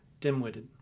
dimwitted